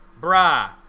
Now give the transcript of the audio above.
Bra